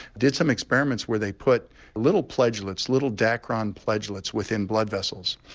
did some experiments where they put little pledgets, little dacron pledgets, within blood vessels.